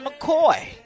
McCoy